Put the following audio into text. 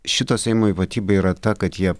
šito seimo ypatybė yra ta kad jie